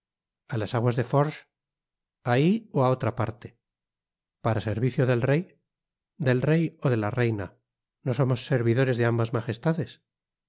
a las aguas de forges ahí ó á otra parte para servicio del rey del rey ó de la reina no somos servidores de ambas